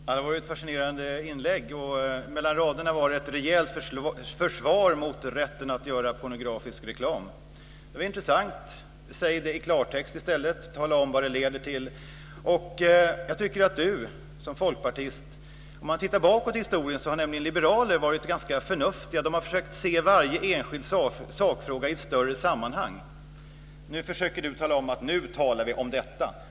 Fru talman! Det var ett fascinerande inlägg, och mellan raderna var det ett rejält försvar för rätten att göra pornografisk reklam. Det var intressant. Tala i stället i klartext om vad det leder till. Om man tittar bakåt i historien finner man att liberaler har varit ganska förnuftiga. De har försökt att se varje enskild sakfråga i ett större sammanhang. Nu försöker Bo Könberg tala om att nu talar vi om detta.